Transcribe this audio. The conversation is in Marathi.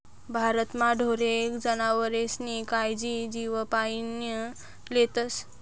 भारतमा ढोरे जनावरेस्नी कायजी जीवपाईन लेतस